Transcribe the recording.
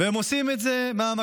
והם עושים את זה מהמקפצה.